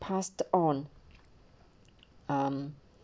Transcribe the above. passed on um